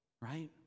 right